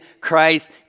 Christ